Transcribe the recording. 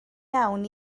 iawn